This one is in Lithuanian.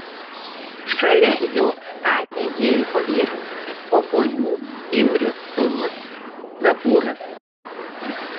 šalia jo statė jericho vyrai o po jų imrio sūnus zakūras